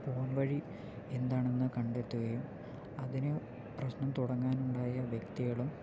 പോംവഴി എന്താണെന്ന് കണ്ടെത്തുകയും അതിന് പ്രശ്നം തുടങ്ങാനുണ്ടായ വ്യക്തികളും